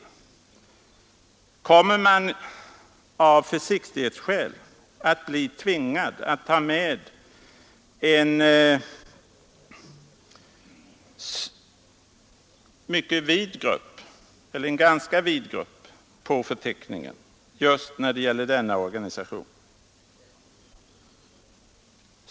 Den fråga jag ställer mig är: Kommer man av försiktighetsskäl att känna sig tvingad att ta med en mycket vid grupp på förteckningen just när det gäller denna organisation?